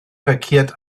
verkehrt